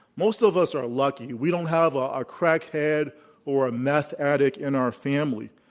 most of us are lucky, we don't have a ah crack head or a meth addict in our family,